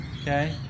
okay